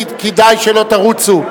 כדאי שלא תרוצו.